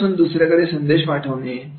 एका पासून दुसर्याकडे संदेश पाठवणे